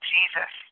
Jesus